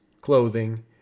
clothing